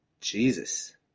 Jesus